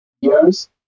years